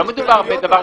לא מדובר בדבר של מה בכך.